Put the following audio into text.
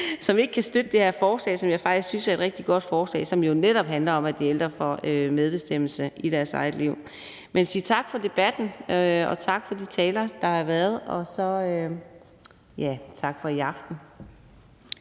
som ikke kan støtte det her forslag, som jeg faktisk synes er et rigtig godt forslag, som netop handler om, at de ældre får medbestemmelse i deres eget liv. Men jeg vil sige tak for debatten, og tak for de taler, der har været. Og tak for i aften.